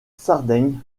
sardaigne